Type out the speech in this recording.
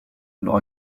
leur